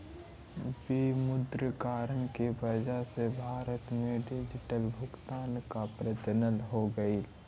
विमुद्रीकरण की वजह से भारत में डिजिटल भुगतान का प्रचलन होलई